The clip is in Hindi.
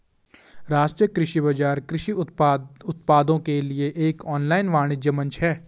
राष्ट्रीय कृषि बाजार कृषि उत्पादों के लिए एक ऑनलाइन वाणिज्य मंच है